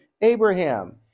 Abraham